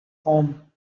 home